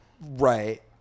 right